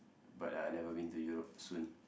but uh never been to Europe soon